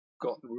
got